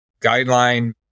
guideline